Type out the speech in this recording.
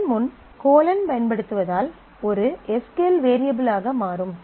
அதன் முன் பயன்படுத்துவதால் ஒரு எஸ் க்யூ எல் வேரியபிளாக மாறும்